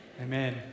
Amen